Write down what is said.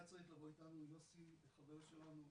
היה צריך לבוא איתנו יוסי חבר שלנו,